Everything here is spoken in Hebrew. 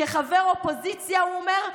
כחבר אופוזיציה הוא אומר,